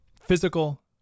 physical